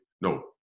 No